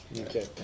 Okay